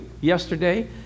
yesterday